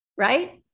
Right